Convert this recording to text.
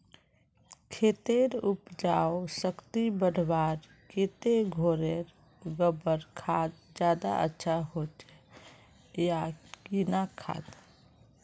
खेतेर उपजाऊ शक्ति बढ़वार केते घोरेर गबर खाद ज्यादा अच्छा होचे या किना खाद?